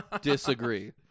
Disagree